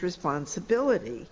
responsibility